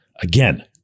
Again